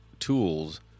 tools